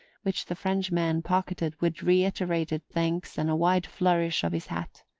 which the frenchman pocketed with reiterated thanks and a wide flourish of his hat.